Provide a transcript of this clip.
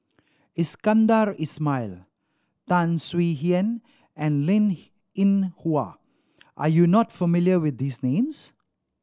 Iskandar Ismail Tan Swie Hian and Linn In Hua are you not familiar with these names